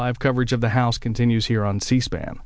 live coverage of the house continues here on c span